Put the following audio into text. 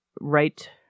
right